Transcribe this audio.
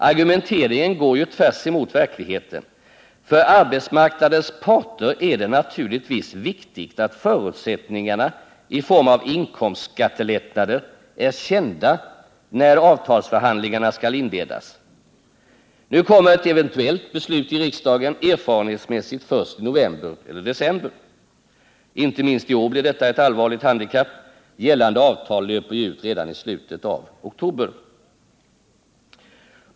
Argumenteringen går ju tvärs emot verkligheten. För arbetsmarknadens parter är det naturligtvis viktigt att förutsättningarna i form av inkomstskattelättnader är kända när avtalsförhandlingarna skall inledas. Nu kommer ett eventuellt beslut i riksdagen erfarenhetsmässigt först i november eller december. Inte minst i år blir detta ett allvarligt handikapp. Gällande avtallöper ju ut redan i slutet av oktober.